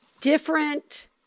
different